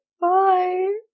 Bye